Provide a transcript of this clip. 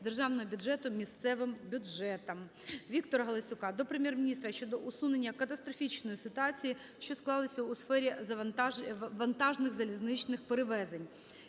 державного бюджету місцевим бюджетам. Віктора Галасюка до Прем'єр-міністра щодо усунення катастрофічної ситуації, що склалася у сфері вантажних залізничних перевезень.